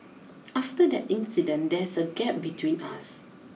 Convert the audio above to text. after that incident there's a gap between us